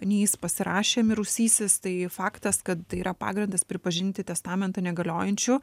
ne jis pasirašė mirusysis tai faktas kad tai yra pagrindas pripažinti testamentą negaliojančiu